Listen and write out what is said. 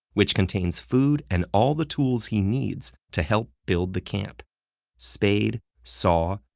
which contains food and all the tools he needs to help build the camp spade, saw,